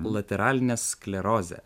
lateralinė sklerozė